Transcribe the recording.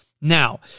Now